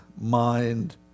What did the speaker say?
mind